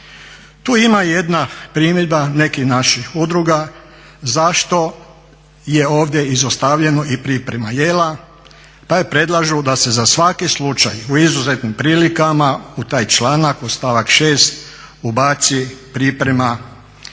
Tu ima jedna primjedba nekih naših udruga zašto je ovdje izostavljeno i priprema jela, pa predlažu da se za svaki slučaju u izuzetnim prilikama u taj članak u stavak 6.izbaci priprema